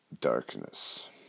darkness